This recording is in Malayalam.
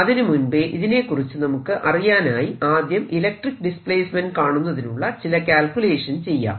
അതിനു മുൻപേ ഇതിനെക്കുറിച്ചു നമുക്ക് അറിയാനായി ആദ്യം ഇലക്ട്രിക്ക് ഡിസ്പ്ലേസ്മെന്റ് കാണുന്നതിനുള്ള ചില ക്യാൽക്കുലേഷൻ ചെയ്യാം